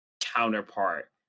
counterpart